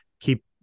keep